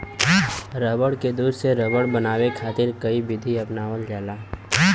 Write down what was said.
रबड़ के दूध से रबड़ बनावे खातिर कई विधि अपनावल जाला